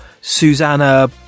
Susanna